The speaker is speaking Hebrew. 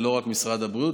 זה לא רק משרד הבריאות,